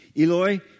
Eloi